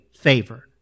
favor